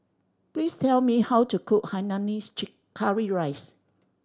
please tell me how to cook hainanese curry rice